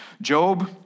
Job